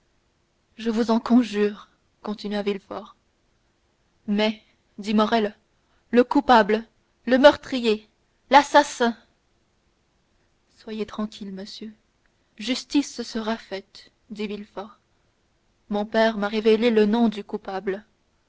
je vous en conjure continua villefort mais dit morrel le coupable le meurtrier l'assassin soyez tranquille monsieur justice sera faite dit villefort mon père m'a révélé le nom du coupable